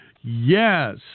Yes